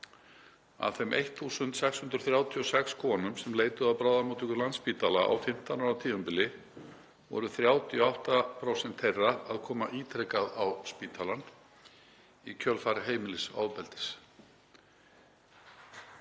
Af þeim 1.636 konum sem leituðu á bráðamóttöku Landspítala á 15 ára tímabili voru 38% þeirra að koma ítrekað á spítalann í kjölfar heimilisofbeldis.